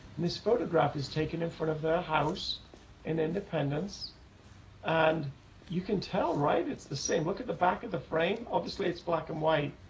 this photograph is taken in front of their house and independence and you can tell right it's the same look at the back of the frame. obviously it's black and white.